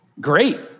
Great